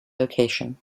location